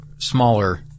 Smaller